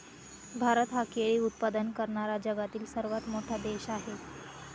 भारत हा केळी उत्पादन करणारा जगातील सर्वात मोठा देश आहे